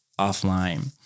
offline